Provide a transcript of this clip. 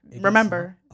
Remember